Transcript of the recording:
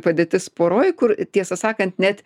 padėtis poroj kur tiesą sakant net